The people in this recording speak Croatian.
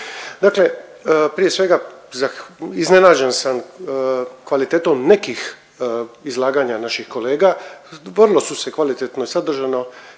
Dakle prije svega iznenađen sam kvalitetom nekih izlaganja naših kolega…/Govornik se ne razumije./…su se kvalitetno i sadržajno